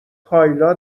کایلا